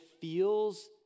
feels